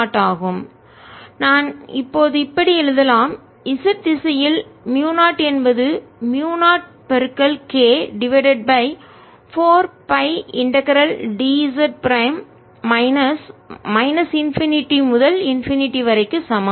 0kz 0k4π ∞dz02πRdϕϕ×rs Rsz2R2r2 2rRcosϕ 32 நான் இப்போது இப்படி எழுதலாம் Z திசையில் மூயு 0 என்பது mu 0 k divided by 4 pi integral dz prime minus infinity முடிவிலி முதல் இன்பினிட்டிமுடிவிலி வரை க்கு சமம்